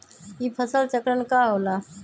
ई फसल चक्रण का होला?